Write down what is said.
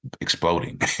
exploding